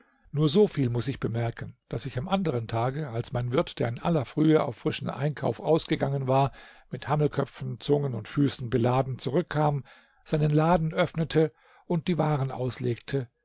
nur so viel muß ich bemerken daß ich am anderen tage als mein wirt der in aller frühe auf frischen einkauf ausgegangen war mit hammelköpfen zungen und füßen beladen zurückkam seinen laden öffnete und die waren auslegte